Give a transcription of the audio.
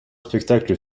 spectacles